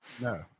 no